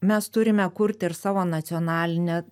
mes turime kurti ir savo nacionalinę